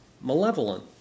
malevolent